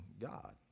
God